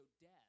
death